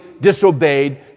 disobeyed